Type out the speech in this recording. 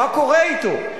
מה קורה אתו?